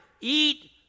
eat